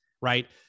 right